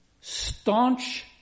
staunch